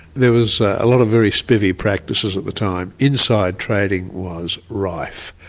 there was a lot of very spivvy practices at the time. inside trading was rife.